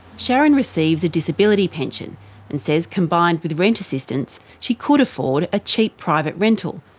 sharron receives a disability pension and says combined with rent assistance, she could afford a cheap private rental,